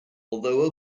although